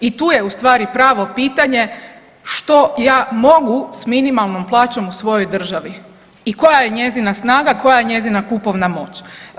I tu je ustvari pravo pitanje što ja mogu s minimalnom plaćom u svojoj državi i koja je njezina snaga, koja je njezina kupovna moć?